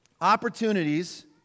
opportunities